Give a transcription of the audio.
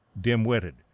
dim-witted